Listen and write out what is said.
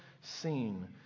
seen